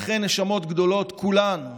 אכן נשמות גדולות כולן,